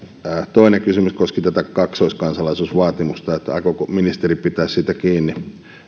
toinen kysymys koski tätä kaksoiskansalaisuusvaatimusta sitä aikooko ministeri pitää siitä kiinni